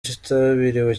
kitabiriwe